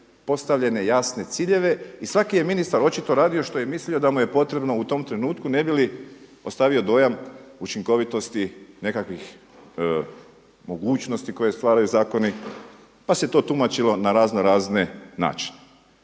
postavljene jasne ciljeve i svaki je ministar očito radio što je mislio da je mu je potrebno u tom trenutku ne bi li ostavio dojam učinkovitosti nekakvih mogućnosti koje stvaraju zakoni. Pa se to tumačilo na raznorazne načine.